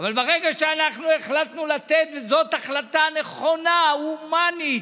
אבל ברגע שהחלטנו לתת, וזאת החלטה נכונה, הומנית,